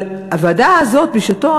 הוועדה הזאת בשעתה,